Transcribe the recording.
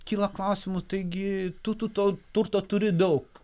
kyla klausimų taigi tu tu to turto turi daug